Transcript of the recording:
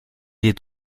est